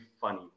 funny